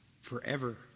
forever